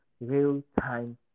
real-time